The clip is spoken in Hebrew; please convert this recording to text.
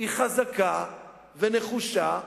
היא חזקה ונחושה.